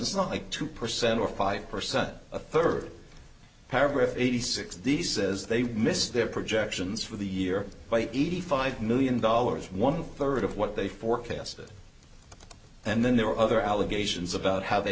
s not like two percent or five percent a third paragraph eighty six these says they missed their projections for the year by eighty five million dollars one third of what they forecasted and then there were other allegations about how they